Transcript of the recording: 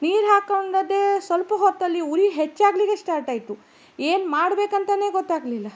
ನೀರು ಹಾಕೊಂಡದ್ದೆ ಸ್ವಲ್ಪ ಹೊತ್ತಲ್ಲಿ ಉರಿ ಹೆಚ್ಚಾಗಲಿಕ್ಕೆ ಸ್ಟಾರ್ಟ್ ಆಯಿತು ಏನು ಮಾಡಬೇಕಂತನೇ ಗೊತ್ತಾಗಲಿಲ್ಲ